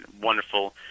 Wonderful